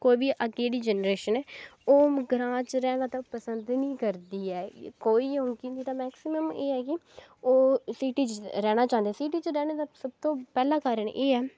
कोई बी अग्गें जेह्ड़ी जनरेशन ऐ ओह् ग्रांऽ च रैहना तां पसंद निं करदी ऐ कोई गै होग नेईं तां मैक्सिमम एह् ऐ कि ओह् सिटी च रैह्ना चाहंदे न सिटी च रैह्ने दा सब तों पैह्ला कारण एह् ऐ कि